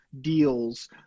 deals